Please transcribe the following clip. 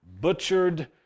butchered